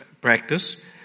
practice